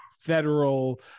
Federal